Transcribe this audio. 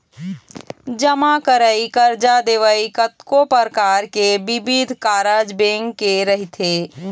जमा करई, करजा देवई, कतको परकार के बिबिध कारज बेंक के रहिथे